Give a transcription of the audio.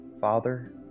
Father